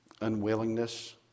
unwillingness